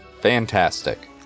Fantastic